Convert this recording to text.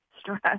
stress